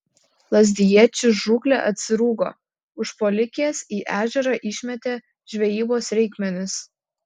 lazdijiečiui žūklė atsirūgo užpuolikės į ežerą išmetė žvejybos reikmenis